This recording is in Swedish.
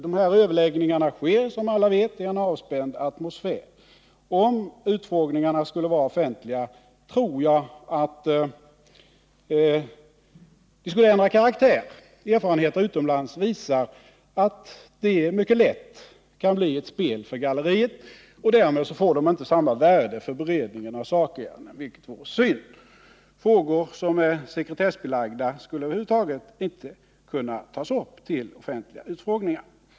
Dessa överläggningar sker, som bekant, i en avspänd atmosfär. Om utfrågningarna skulle vara offentliga, tror jag att de skulle ändra karaktär. Erfarenheter utomlands visar, att de mycket lätt kan bli ett spel för galleriet. Därmed får de inte samma värde för beredningen av sakärenden, vilket vore synd. Frågor som är sekretessbelagda skulle över huvud taget inte kunna tas upp vid offentliga utfrågningar.